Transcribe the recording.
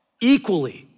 equally